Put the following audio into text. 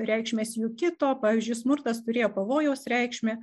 reikšmės jų kito pavyzdžiui smurtas turėjo pavojaus reikšmę